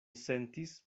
sentis